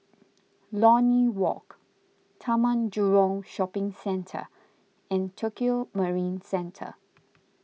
Lornie Walk Taman Jurong Shopping Centre and Tokio Marine Centre